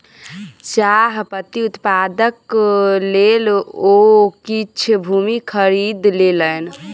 चाह पत्ती उत्पादनक लेल ओ किछ भूमि खरीद लेलैन